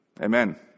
Amen